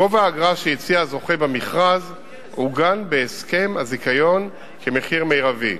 גובה האגרה שהציע הזוכה במכרז עוגן בהסכם הזיכיון כמחיר מרבי.